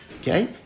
Okay